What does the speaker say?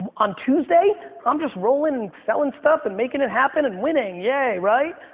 ah on tuesday i'm just rolling and selling stuff and making it happen and winning, yay, right?